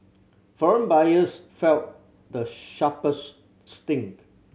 foreign buyers felt the sharpest sting